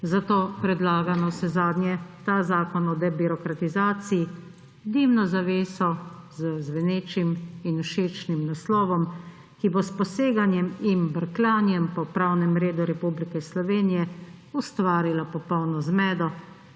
Zato predlaga navsezadnje ta zakon o debirokratizaciji, dimno zaveso z zvenečim in všečnim naslovom, ki bo s poseganjem in brkljanjem po pravnem redu Republike Slovenije ustvarila popolno zmedo